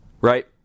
right